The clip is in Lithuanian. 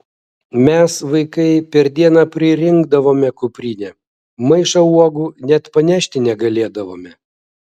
mes vaikai per dieną pririnkdavome kuprinę maišą uogų net panešti negalėdavome